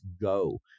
go